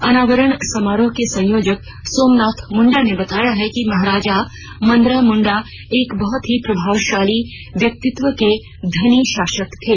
अनावरण समारोह के संयोजक सोमनाथ मुंडा ने बताया है कि महाराजा मदरा मुंडा एक बहुत ही प्रभावशाली व्यक्तित्व के धनी शासक थे